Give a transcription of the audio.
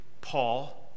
Paul